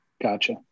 Gotcha